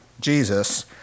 Jesus